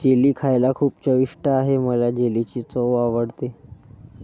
jelly खायला खूप चविष्ट आहे मला जेलीची चव आवडते